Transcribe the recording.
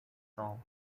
soul